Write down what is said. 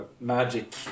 magic